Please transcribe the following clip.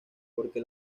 porque